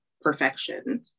perfection